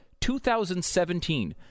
2017